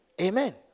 Amen